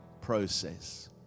process